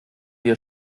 wir